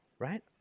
Right